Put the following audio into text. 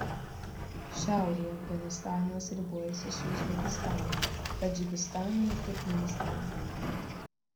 šiaurėje afganistanas ribojasi su uzbekistanu tadžikistanu ir turkmėnistanu